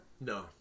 No